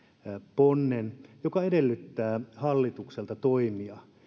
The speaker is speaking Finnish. ponnen joka edellyttää hallitukselta toimia